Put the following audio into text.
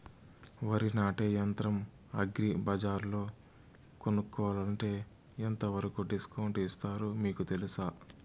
వరి నాటే యంత్రం అగ్రి బజార్లో కొనుక్కోవాలంటే ఎంతవరకు డిస్కౌంట్ ఇస్తారు మీకు తెలుసా?